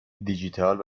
دیجیتال